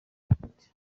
sport